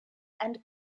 and